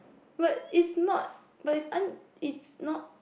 but is not is un~ is not